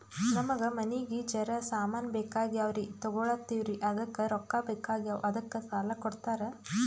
ನಮಗ ಮನಿಗಿ ಜರ ಸಾಮಾನ ಬೇಕಾಗ್ಯಾವ್ರೀ ತೊಗೊಲತ್ತೀವ್ರಿ ಅದಕ್ಕ ರೊಕ್ಕ ಬೆಕಾಗ್ಯಾವ ಅದಕ್ಕ ಸಾಲ ಕೊಡ್ತಾರ?